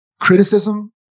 criticism